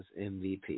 MVP